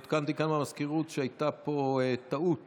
עודכנתי כאן, במזכירות, שהייתה פה טעות